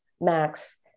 Max